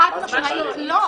חד משמעית לא.